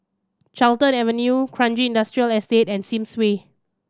Carlton Avenue Kranji Industrial Estate and Sims Way